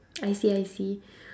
I see I see